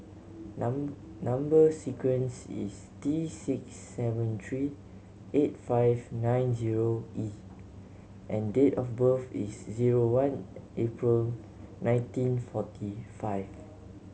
number sequence is T six seven three eight five nine zero E and date of birth is zero one April nineteen forty five